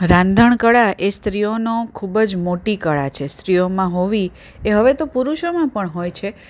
રાંધણકળા એ સ્ત્રીઓનો ખૂબ જ મોટી કળા છે સ્ત્રીઓમાં હોવી એ હવે તો પુરુષોમાં પણ હોય છે